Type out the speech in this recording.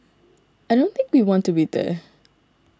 I don't think we want to be there